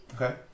Okay